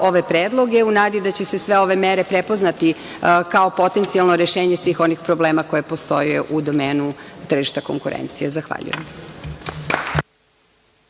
ove predloge u nadi da će se sve ove mere prepoznati kao potencijalno rešenje svih onih problema koji postoje u domenu tržišta konkurencije. Zahvaljujem.